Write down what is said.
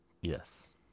yes